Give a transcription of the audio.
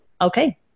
okay